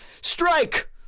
Strike